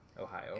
Ohio